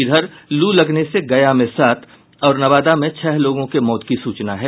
इधर लू लगने से गया में सात और नवादा में छह लोगों के मौत की सूचना है